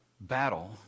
battle